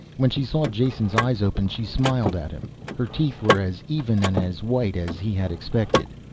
when she saw jason's eyes open she smiled at him. her teeth were as even and as white as he had expected.